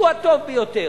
הוא הטוב ביותר.